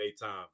daytime